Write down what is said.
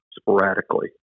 sporadically